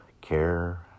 care